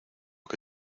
que